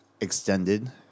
extended